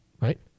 Right